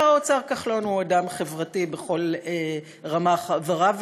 שר האוצר כחלון הוא אדם חברתי בכל רמ"ח איבריו,